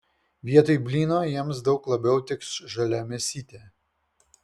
vietoj blyno jiems daug labiau tiks žalia mėsytė